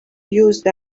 used